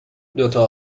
دوتا